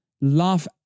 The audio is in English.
laugh